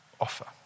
offer